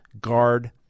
guard